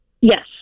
Yes